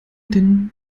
den